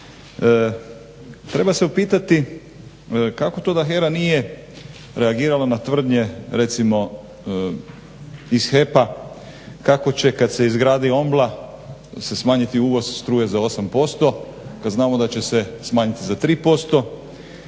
Treba se upitati kako to da HERA nije reagirala na tvrdnje recimo iz HEP-a kako će kad se izgradi OMBLA se smanjiti uvoz struje za 8% kad znamo da će se smanjiti za 3%.